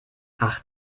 ach